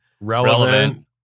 relevant